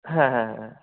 হ্যাঁ হ্যাঁ হ্যাঁ